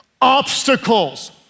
obstacles